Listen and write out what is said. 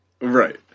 Right